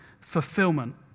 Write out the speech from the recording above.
fulfillment